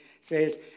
says